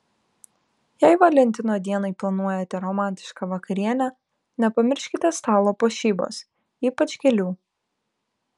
jei valentino dienai planuojate romantišką vakarienę nepamirškite stalo puošybos ypač gėlių